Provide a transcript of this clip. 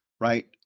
right